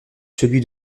celui